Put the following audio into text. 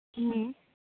ହୁଁ